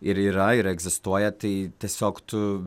ir yra ir egzistuoja tai tiesiog tu